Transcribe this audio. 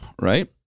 Right